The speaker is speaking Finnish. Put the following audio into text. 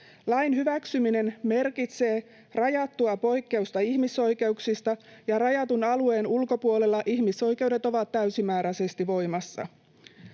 Lain hyväksyminen merkitsee rajattua poikkeusta ihmisoikeuksista, ja rajatun alueen ulkopuolella ihmisoikeudet ovat täysimääräisesti voimassa.